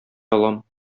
алам